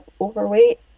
overweight